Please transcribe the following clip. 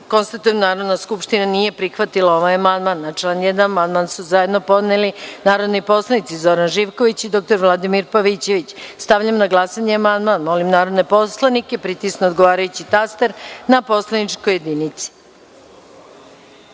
da Narodna skupština nije prihvatila ovaj amandman. Na član 1. amandman su zajedno podneli narodni poslanici Zoran Živković i dr Vladimir Pavićević. Stavljam na glasanje amandman. Molim narodne poslanika da pritisnu odgovarajući taster na poslaničkoj